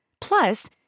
Plus